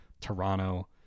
Toronto